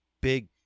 big